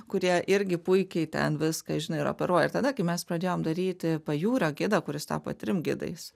kurie irgi puikiai ten viską žinai ir operuoja ir tada kai mes pradėjom daryti pajūrio gidą kuris tapo trim gidais